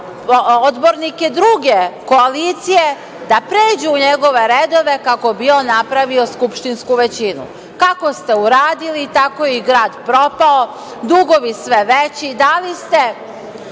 odbornike druge koalicije da pređu u njegove redove kako bi on napravio skupštinsku većinu? Kako ste uradili, tako je i grad propao. Dugovi sve veći. Dali ste,